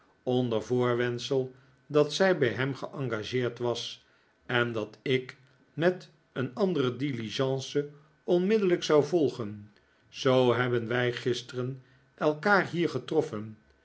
onder voorwendsel dat zij bij hem geengageerd was en dat ik met een andere diligence onmid dellijk zou volgen zoo hebben wij gisteren elkaar hier getroffen